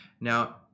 now